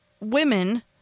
women